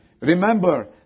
Remember